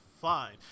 fine